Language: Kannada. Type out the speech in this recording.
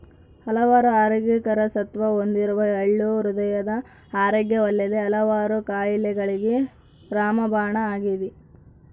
ಹಲವಾರು ಆರೋಗ್ಯಕರ ಸತ್ವ ಹೊಂದಿರುವ ಎಳ್ಳು ಹೃದಯದ ಆರೋಗ್ಯವಲ್ಲದೆ ಹಲವಾರು ಕಾಯಿಲೆಗಳಿಗೆ ರಾಮಬಾಣ ಆಗಿದೆ